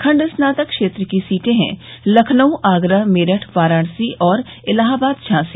खंड स्नातक क्षेत्र की सीटें हैं लखनऊ आगरा मेरठ वाराणसी और इलाहाबाद झांसी